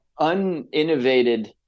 uninnovated